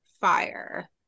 fire